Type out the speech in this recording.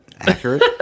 accurate